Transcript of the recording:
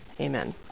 Amen